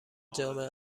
جامعه